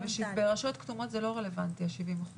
ברשויות כתומות זה לא רלוונטי ה-70%,